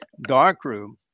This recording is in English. darkroom